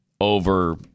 over